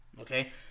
okay